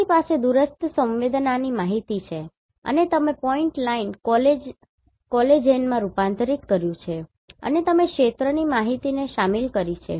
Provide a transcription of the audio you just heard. તમારી પાસે દૂરસ્થ સંવેદનાની માહિતી છે અને તમે પોઇન્ટ લાઇન કોલેજેનમાં રૂપાંતરિત કર્યું છે અને તમે ક્ષેત્રની માહિતીને શામેલ કરી છે